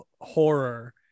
horror